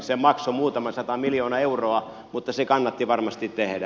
se maksoi muutaman sata miljoonaa euroa mutta se kannatti varmasti tehdä